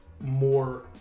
more